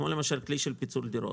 כמו למשל כלי של פיצול דירות.